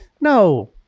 No